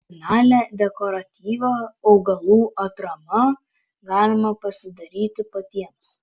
originalią dekoratyvią augalų atramą galima pasidaryti patiems